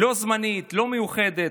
לא זמנית, לא מיוחדת.